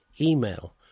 Email